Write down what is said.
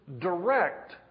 direct